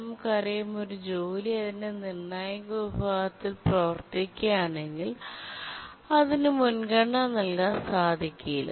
നമുക്കറിയാം ഒരു ജോലി അതിൻറെ നിർണായക വിഭാഗത്തിൽ പ്രവർത്തിക്കുകയാണെങ്കിൽ അതിന് മുൻഗണന നൽകാൻ സാധിക്കില്ല